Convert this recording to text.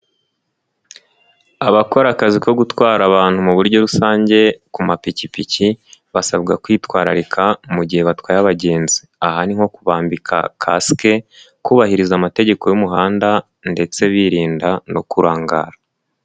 Abakora akazi ko gutwara abantu mu buryo rusange ku mapikipiki basabwa kwitwararika mu gihe batwaye abagenzi, aha ni nko kubambika kasike, kubahiriza amategeko y'umuhanda ndetse birinda no kurangara.